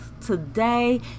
Today